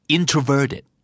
Introverted